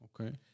okay